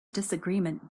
disagreement